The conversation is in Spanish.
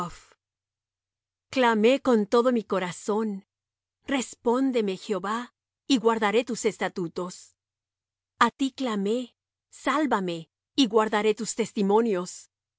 clamé con todo mi corazón respóndeme jehová y guardaré tus estatutos a ti clamé sálvame y guardaré tus testimonios